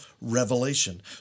revelation